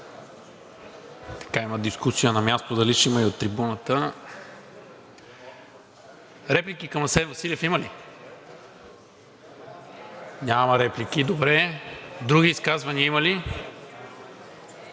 ли? Има дискусия на място, дали ще има и от трибуната? Реплики към Асен Василев има ли? Няма реплики, добре. Други изказвания има ли?